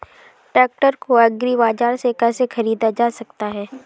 Tractor को agri बाजार से कैसे ख़रीदा जा सकता हैं?